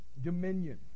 dominion